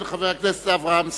חבר הכנסת אברהים צרצור.